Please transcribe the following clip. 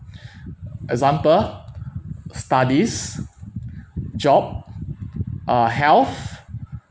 example studies job uh health